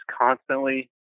constantly